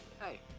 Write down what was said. Hey